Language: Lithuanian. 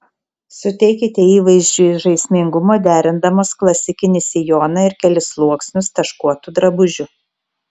suteikite įvaizdžiui žaismingumo derindamos klasikinį sijoną ir kelis sluoksnius taškuotų drabužių